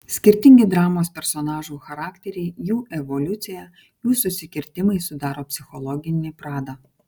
skirtingi dramos personažų charakteriai jų evoliucija jų susikirtimai sudaro psichologinį pradą